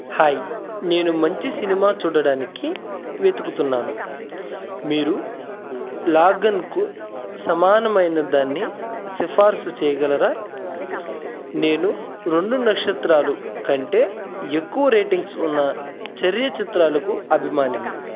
hi నేను మంచి cinema చూడడానికి వెతుకుతున్నాను మీరు లాగన్కు సమానమైనదాన్ని సిఫార్సు చేయగలరా నేను రెండు నక్షత్రాలు కంటే ఎక్కువ రేటింగ్స్ ఉన్న చర్య చిత్రాలకు అభిమానిని